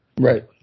Right